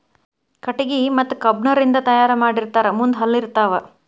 ಕಟಗಿ ಮತ್ತ ಕಬ್ಬಣ ರಿಂದ ತಯಾರ ಮಾಡಿರತಾರ ಮುಂದ ಹಲ್ಲ ಇರತಾವ